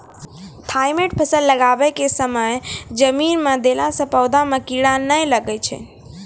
Thimet फ़सल लगाबै के समय जमीन मे देला से पौधा मे कीड़ा नैय लागै छै?